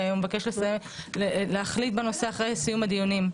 ומבקש להחליט בנושא אחרי סיום הדיונים.